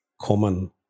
common